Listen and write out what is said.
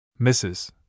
Mrs